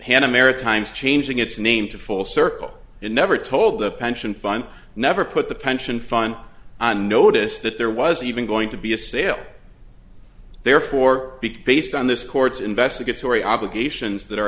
a maritimes changing its name to full circle and never told the pension fund never put the pension fund i'm notice that there was even going to be a sale therefore big based on this court's investigatory obligations that are